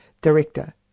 director